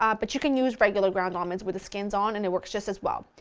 um but you can use regular ground almonds with the skins on and it works just as well.